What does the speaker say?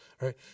Right